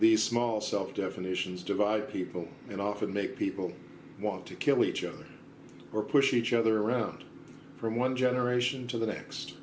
the small self definitions divide people and often make people want to kill each other or push each other around from one generation to the next